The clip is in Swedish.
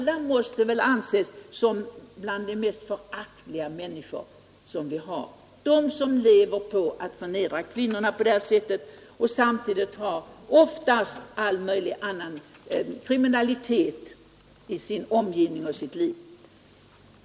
De måste väl av alla anses vara bland de mest föraktliga människor vi har, de som lever på att förnedra kvinnor och samtidigt sysslar med all möjlig annan kriminalitet.